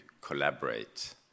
collaborate